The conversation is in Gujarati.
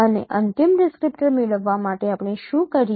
અને અંતિમ ડિસ્ક્રિપ્ટર મેળવવા માટે આપણે શું કરીએ